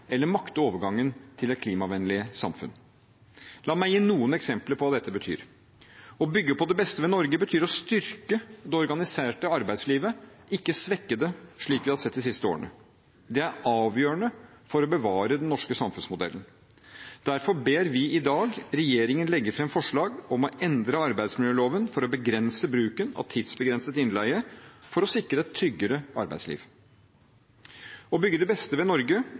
eller makte overgangen til et klimavennlig samfunn. La meg gi noen eksempler på hva dette betyr: Å bygge på det beste ved Norge betyr å styrke det organiserte arbeidslivet, ikke svekke det, slik vi har sett de siste årene. Det er avgjørende for å bevare den norske samfunnsmodellen. Derfor ber vi i dag regjeringen legge fram forslag om å endre arbeidsmiljøloven for å begrense bruken av tidsbegrenset innleie for å sikre et tryggere arbeidsliv. Å bygge på det beste ved Norge